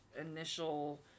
initial